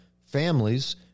families